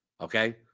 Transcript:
Okay